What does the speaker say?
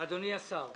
אדוני השר,